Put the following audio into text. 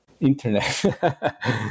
Internet